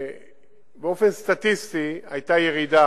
באופן סטטיסטי היתה ירידה,